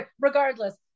regardless